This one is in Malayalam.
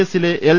എസിലെ എൽ